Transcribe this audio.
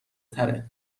تره